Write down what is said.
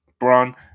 Bron